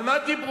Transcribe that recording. על מה דיברו?